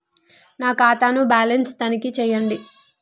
నా ఖాతా ను బ్యాలన్స్ తనిఖీ చేయండి?